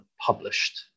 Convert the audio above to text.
published